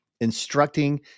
instructing